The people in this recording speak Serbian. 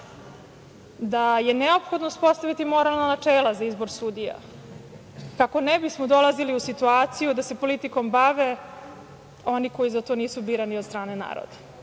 da je neophodno uspostaviti moralna načela za izbor sudija kako ne bismo dolazili u situaciju da se politikom bave oni koji za to nisu birani od strane naroda. Više